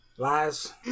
Lies